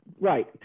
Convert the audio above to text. right